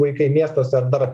vaikai miestuose ar dar